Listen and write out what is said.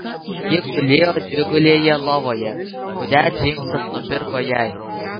ji gulėjo dvigulėje lovoje kurią džeimsas nupirko jai